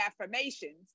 affirmations